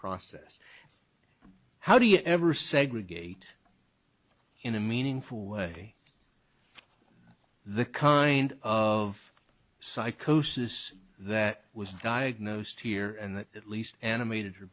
process how do you ever segregate in a meaningful way the kind of psychosis that was diagnosed here and at least animated her